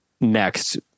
next